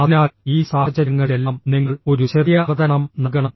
അതിനാൽ ഈ സാഹചര്യങ്ങളിലെല്ലാം നിങ്ങൾ ഒരു ചെറിയ അവതരണം നൽകണം